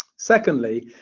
secondly,